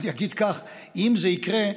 אגיד כך: אם זה יקרה,